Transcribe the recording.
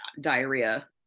Diarrhea